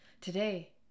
Today